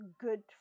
good